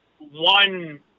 one